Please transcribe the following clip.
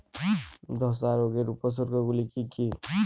ধসা রোগের উপসর্গগুলি কি কি?